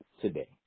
today